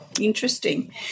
Interesting